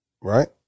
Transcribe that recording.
Right